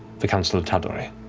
the council of tal'dorei.